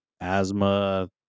asthma